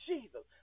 Jesus